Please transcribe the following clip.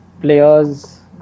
players